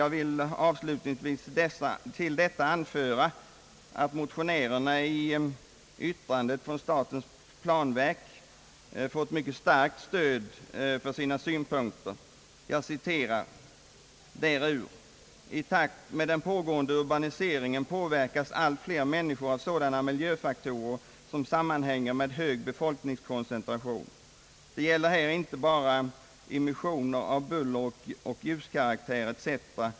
Jag vill avslutningsvis anföra att motionärerna i statens planverks yttrande fått mycket starkt stöd för sina synpunkter. Jag citerar: »I takt med den pågående urbaniseringen påverkas allt fler människor av sådana miljöfaktorer som sammanhänger med hög befolkningskoncentration. Det gäller här inte bara immissioner av buller och ljuskaraktär etc.